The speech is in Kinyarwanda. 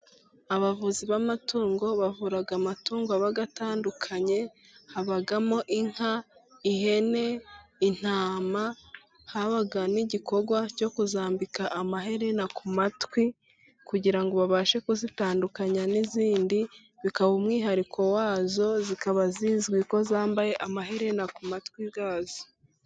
Abavuzi b'amatungo, bavura amatungo atandukanye， habamo inka， ihene，intama， habaga n'igikorwa cyo kuzambika amaherena ku matwi， kugira ngo babashe kuzitandukanya n'izindi，bikaba umwihariko wazo， zikaba zizwi ko zambaye amaherena ku matwi yazo.